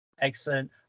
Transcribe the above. Excellent